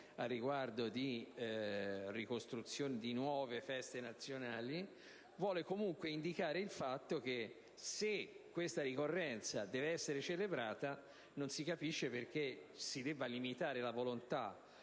riguardo a costruzioni di nuove feste nazionali, intende evidenziare che, se questa ricorrenza deve essere celebrata, non si capisce perché si debba limitare la volontà